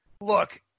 look